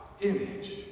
image